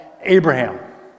Abraham